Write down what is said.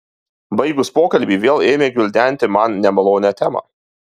baigus pokalbį vėl ėmė gvildenti man nemalonią temą